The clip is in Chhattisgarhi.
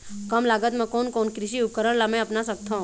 कम लागत मा कोन कोन कृषि उपकरण ला मैं अपना सकथो?